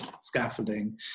scaffolding